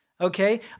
Okay